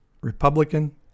Republican